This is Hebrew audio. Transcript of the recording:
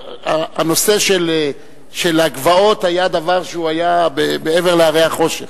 הנושא של הגבעות היה דבר שהוא היה מעבר להרי החושך.